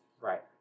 Right